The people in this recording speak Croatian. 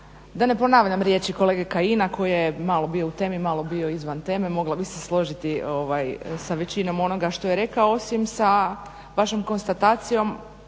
Da ne ponavljam riječi kolege Kajina koji je malo bio u temi, malo bio izvan teme. Mogla bih se složiti sa većinom onoga što je rekao osim sa vašom konstatacijom,